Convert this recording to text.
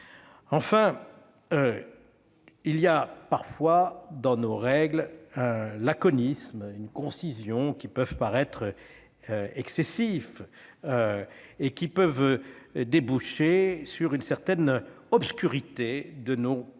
Enfin, il y a parfois dans nos règles une forme de laconisme, de concision, qui peut paraître excessive et déboucher sur une certaine obscurité de nos procédures,